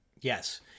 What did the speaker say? Yes